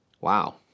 Wow